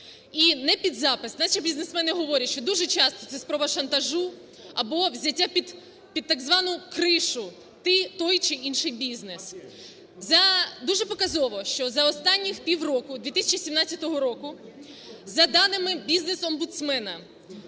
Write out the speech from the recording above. І не під запис наші бізнесмени говорять, що дуже часто це спроба шантажу або взяття під так звану "кришу" той чи інший бізнес. За... дуже показово, що за останніх півроку 2017 року за даними бізнес-омбудсмена